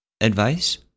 Advice